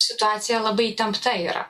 situacija labai įtempta yra